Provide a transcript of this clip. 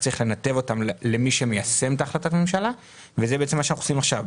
צריך ליישם את החלטת הממשלה וזה בעצם מה שאנחנו עושים עכשיו.